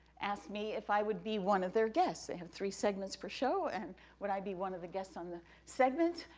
asked me if i would be one of their guests. they had three segments per show, and would i be one of the guests on the segment.